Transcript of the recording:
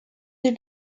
des